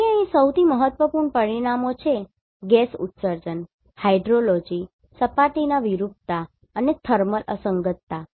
તેથી અહીં સૌથી મહત્વપૂર્ણ પરિમાણો છે ગેસ ઉત્સર્જન હાઇડ્રોલોજી સપાટીના વિરૂપતા અને થર્મલ અસંગતતા